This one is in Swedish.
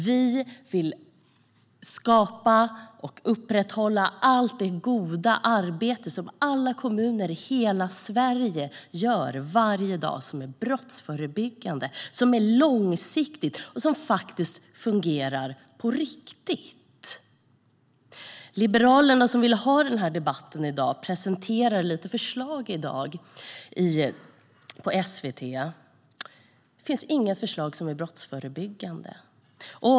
Vi vill skapa och upprätthålla allt det goda arbete som alla kommuner i hela Sverige gör varje dag och som är brottsförebyggande, som är långsiktigt och som faktiskt fungerar på riktigt. Liberalerna, som ville ha denna debatt, presenterade lite förslag i dag på SVT, men inga av förslagen är brottsförebyggande.